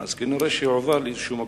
אז כנראה הוא עבר למקום אחר.